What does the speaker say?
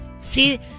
See